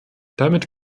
damit